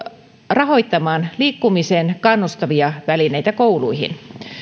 rahoittamaan liikkumiseen kannustavia välineitä kouluihin